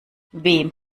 wem